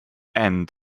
end